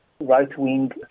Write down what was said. right-wing